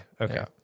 okay